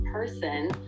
Person